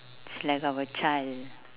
is like I've a child